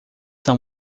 são